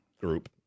group